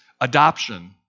Adoption